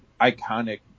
iconic